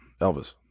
Elvis